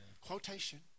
Quotation